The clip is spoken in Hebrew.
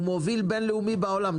הוא מוביל בין-לאומי בעולם.